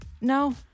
no